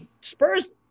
Spurs